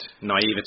naivety